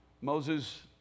Moses